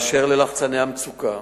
באשר ללחצני המצוקה,